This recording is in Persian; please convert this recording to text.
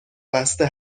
بسته